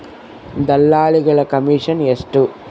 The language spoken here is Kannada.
ದಲ್ಲಾಳಿಗಳ ಕಮಿಷನ್ ಎಷ್ಟು?